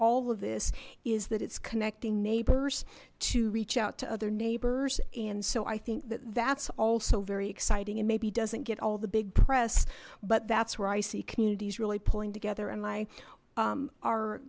all of this is that it's connecting neighbors to reach out to other neighbors and so i think that that's also very exciting and maybe doesn't get all the big press but that's where i see communities really pulling together and